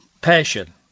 Passion